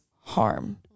harm